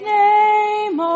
name